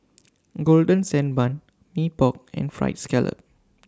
Golden Sand Bun Mee Pok and Fried Scallop